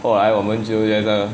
后来我们就觉得